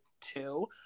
two